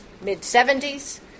mid-70s